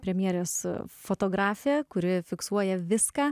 premjerės fotografė kuri fiksuoja viską